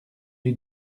lui